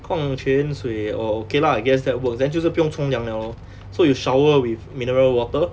矿泉水 orh okay lah I guess that works then 就是不用冲凉 liao lor so you shower with mineral water